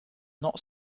not